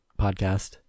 podcast